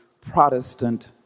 Protestant